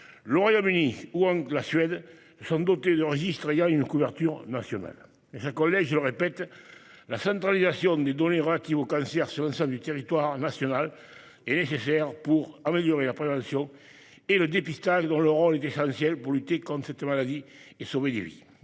le Royaume-Uni ou encore la Suède, se sont dotés de registres ayant une couverture nationale. Mes chers collègues, je le répète, la centralisation des données relatives aux cancers sur l'ensemble du territoire national est nécessaire pour améliorer la prévention et le dépistage, dont le rôle est essentiel pour lutter contre cette maladie et sauver des vies.